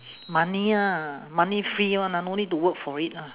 money ah money free [one] ah no need to work for it lah